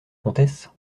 comtesse